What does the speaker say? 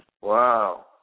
Wow